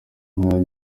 nk’aya